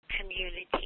community